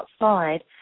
outside